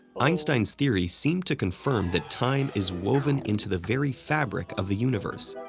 einstein's theory seemed to confirm that time is woven into the very fabric of the universe.